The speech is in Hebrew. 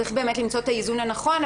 צריך למצוא את האיזון הנכון,